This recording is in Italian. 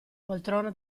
poltrona